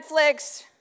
Netflix